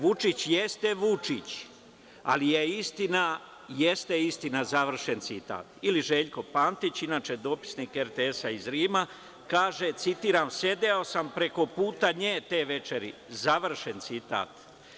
Vučić jeste Vučić, ali je istina, jeste istina, završen citat, ili Željko Pantić, inače dopisnik RTS-a iz Rima, kaže, citiram – sedeo sam preko puta nje te večeri, završen citat.